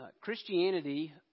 Christianity